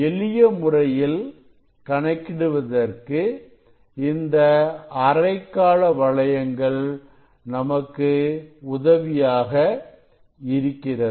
எளிய முறையில் கணக்கிடுவதற்கு இந்த அரைக்காலவளையங்கள் நமக்கு உதவியாக இருக்கிறது